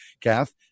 Kath